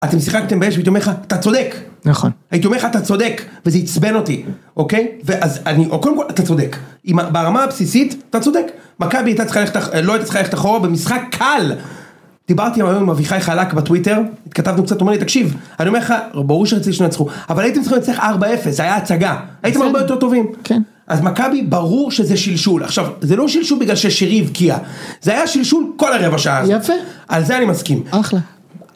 אתם שיחקתם באש ואני הייתי אומר לך, אתה צודק. נכון. הייתי אומר לך, אתה צודק, וזה עצבן אותי, אוקיי? ואז אני, או קודם כל, אתה צודק. עם, ברמה הבסיסית, אתה צודק. מכבי היתה צריכה ללכת, לא היתה צריכה ללכת אחורה במשחק קל. דיברתי היום עם אביחי חלק בטוויטר, התכתבנו קצת, הוא אומר לי, תקשיב, אני אומר לך, ברור שרציתי שינצחו, אבל הייתם צריכים להצליח 4-0, זו הייתה הצגה. הייתם הרבה יותר טובים. כן. אז מכבי, ברור שזה שלשול. עכשיו, זה לא שלשול בגלל ששירי הבקיע. זה היה שלשול כל הרבע שעה. יפה. על זה אני מסכים. אחלה.